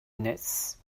gneiss